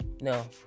no